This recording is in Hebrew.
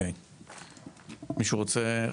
מרינה,